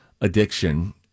addiction